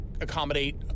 accommodate